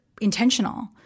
intentional